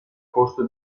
costo